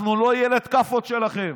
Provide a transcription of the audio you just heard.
אנחנו לא ילד כאפות שלכם.